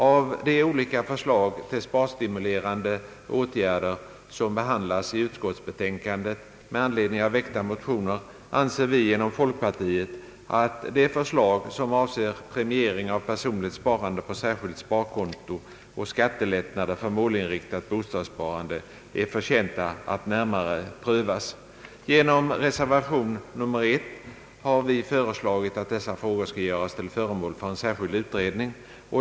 Av de olika förslag till sparstimulerande åtgärder, som behandlas i utskottsbetänkandet med anledning av väckta motioner, anser vi inom folkpartiet att de förslag som avser premiering av personligt sparande på särskilt sparkonto och skattelättnader för målinriktat bostadssparande är förtjänta att närmare prövas. Genom reservation I har vi föreslagit att dessa frågor skall göras till föremål för en särskild utredning.